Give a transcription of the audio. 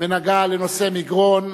ונגע לנושא מגרון.